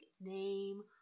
name